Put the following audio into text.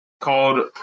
called